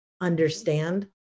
understand